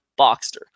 Boxster